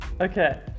okay